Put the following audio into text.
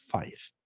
faith